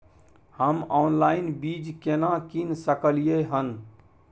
हम ऑनलाइन बीज केना कीन सकलियै हन?